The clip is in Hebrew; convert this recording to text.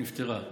נפתרה.